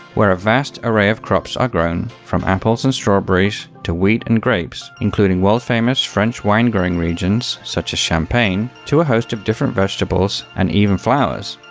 where a vast array of crops are grown, from apples and strawberries to wheat and grapes, including world famous french wine growing regions such as champagne, to a host of different vegetables and even flowers.